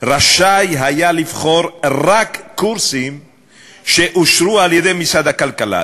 רשאי היה לבחור רק קורסים שאושרו על-ידי משרד הכלכלה.